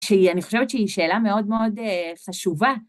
שהיא אני חושבת שהיא שאלה מאוד מאוד חשובה.